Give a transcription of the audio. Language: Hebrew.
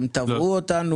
הם תבעו אותנו?